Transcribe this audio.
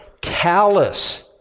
callous